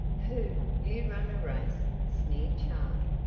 pooh! you run a race! sneered charley.